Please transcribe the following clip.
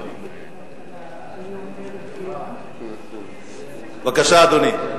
בבקשה, אדוני.